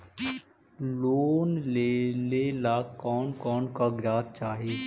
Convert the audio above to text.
Loan लेने ला कोन कोन कागजात चाही?